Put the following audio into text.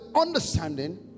understanding